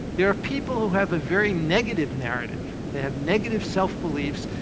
there are people who have a very negative narrative. they have negative self-beliefs,